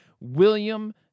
William